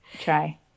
Try